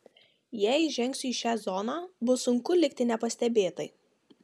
jei įžengsiu į šią zoną bus sunku likti nepastebėtai